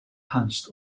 hunched